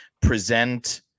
present